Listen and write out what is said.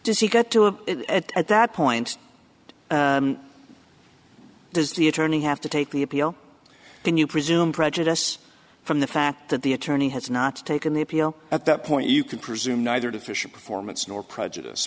does he get to it at that point does the attorney have to take the appeal can you presume prejudice from the fact that the attorney has not taken the appeal at that point you can presume neither to fish performance nor prejudice